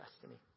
destiny